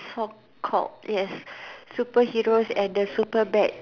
for cult yes super heroes and the super bad